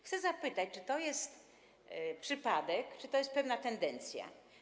Chcę zapytać, czy to jest przypadek, czy to jest pewna tendencja?